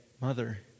Mother